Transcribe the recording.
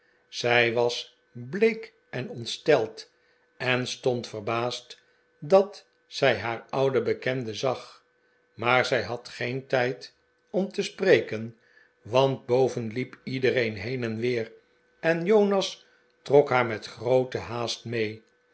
zij was bleek en ontsteld en stond verbaasd dat zij haar ouden bekende zag maar zij had geen tijd cm te spreken want boven liep iedereen heen en weer en jonas trok haar met groote haast mee